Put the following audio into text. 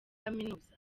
kaminuza